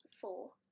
four